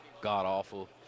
god-awful